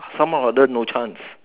somehow or other no chance